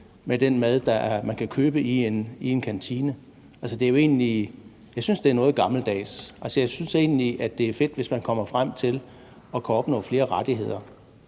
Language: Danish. den mad, man kan købe i en kantine. Altså, det er jo egentlig, synes jeg, noget gammeldags. Jeg synes egentlig, det er fedt, hvis man kommer frem til at kunne opnå flere rettigheder.